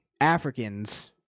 Africans